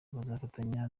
bazafatanya